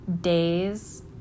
days